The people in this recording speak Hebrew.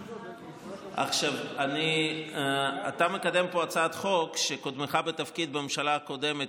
אתה מקדם פה הצעת חוק שקודמך בתפקיד בממשלה הקודמת